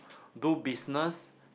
do business